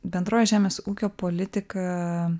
bendroji žemės ūkio politika